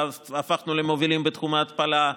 הפכנו למובילים בתחום ההתפלה,